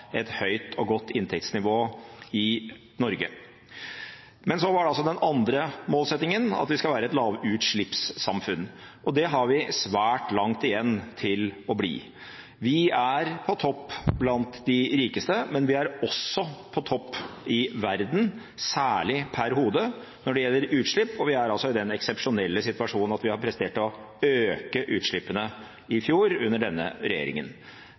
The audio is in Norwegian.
et høyt og godt inntektsnivå i Norge. Men så var det altså den andre målsettingen – at vi skal bli et lavutslippssamfunn. Det har vi svært langt igjen til å bli. Vi er på topp blant de rikeste, men vi er også på topp i verden, særlig per hode, når det gjelder utslipp, og vi er altså i den eksepsjonelle situasjonen at vi presterte å øke utslippene i fjor under denne regjeringen.